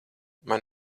man